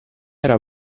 era